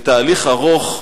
בתהליך ארוך,